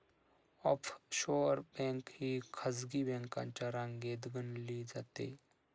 offshore bank ही खासगी बँकांच्या रांगेत गणली जाते